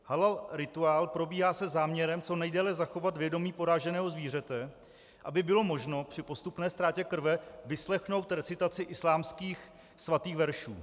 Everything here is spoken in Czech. Halal rituál probíhá se záměrem co nejdéle zachovat vědomí poraženého zvířete, aby bylo možno při postupné ztrátě krve vyslechnout recitaci islámských svatých veršů.